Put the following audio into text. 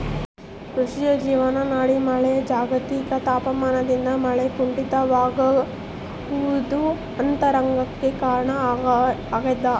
ಕೃಷಿಯ ಜೀವನಾಡಿ ಮಳೆ ಜಾಗತಿಕ ತಾಪಮಾನದಿಂದ ಮಳೆ ಕುಂಠಿತವಾಗೋದು ಆತಂಕಕ್ಕೆ ಕಾರಣ ಆಗ್ಯದ